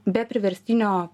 be priverstinio